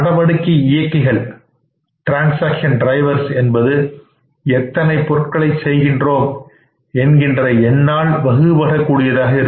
நடவடிக்கை இயக்கிகள் என்பது எத்தனை பொருட்களின் செய்கின்றோம் என்கின்ற எண்ணால் வகுபடக்கூடியதாக இருக்கும்